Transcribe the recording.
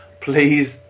please